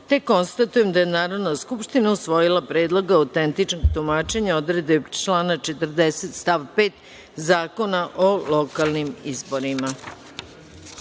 nema. Konstatujem da je Narodna skupština usvojila Predlog autentičnog tumačenja odredbe člana 40. stav 5. Zakona o lokalnim izborima. Pošto